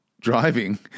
driving